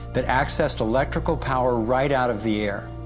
that accessed electrical power right out of the air.